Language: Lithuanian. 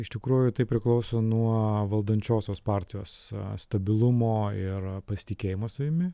iš tikrųjų tai priklauso nuo valdančiosios partijos stabilumo ir pasitikėjimo savimi